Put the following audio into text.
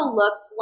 looks